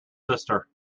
sister